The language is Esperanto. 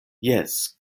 jes